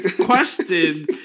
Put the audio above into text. question